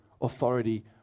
authority